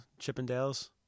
Chippendales